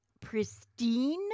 pristine